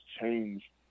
change